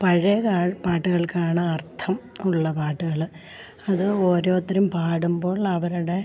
പഴയ കാല പാട്ടുകൾക്കാണ് അർത്ഥം ഉള്ള പാട്ടുകൾ അത് ഓരോരുത്തരും പാടുമ്പോൾ അവരുടെ